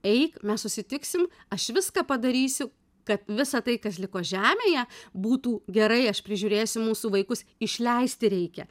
eik mes susitiksim aš viską padarysiu kad visa tai kas liko žemėje būtų gerai aš prižiūrėsiu mūsų vaikus išleisti reikia